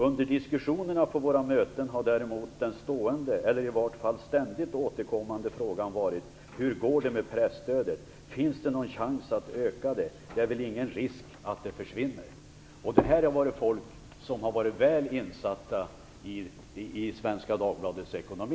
Under diskussionerna på våra möten har däremot den stående eller i vart fall ständigt återkommande frågan varit: Hur går det med presstödet? Finns det någon chans att öka det? Det är väl ingen risk att det försvinner? Det här har varit folk som har varit väl insatta i